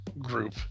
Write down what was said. group